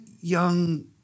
young